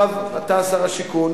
עכשיו אתה שר השיכון.